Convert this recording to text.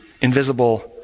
invisible